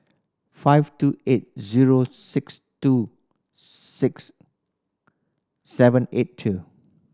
five two eight zero six two six seven eight two